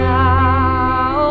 now